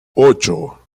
ocho